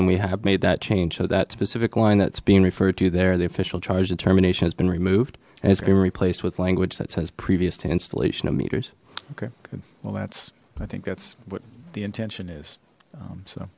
and we have made that change so that specific line that's being referred to there the official charge determination has been removed it's been replaced with language that says previous to installation of meters okay well that's i think that's what the intention is